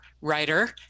writer